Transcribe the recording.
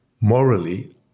morally